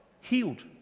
Healed